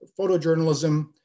photojournalism